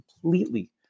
completely